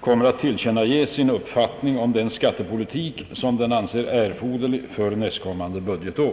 kommer att tillkännage sin uppfattning om den skattepolitik, som den anser erforderlig för nästkommande budgetår.